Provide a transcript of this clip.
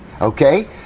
okay